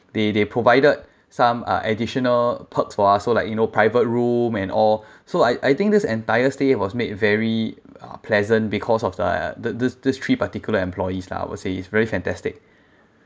they they provided some uh additional perks for us so like you know private room and all so I I think this entire stay was made very uh pleasant because of the the this this three particular employees lah I will say it's very fantastic